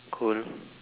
cool